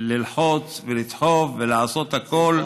ללחוץ ולדחוף ולעשות הכול.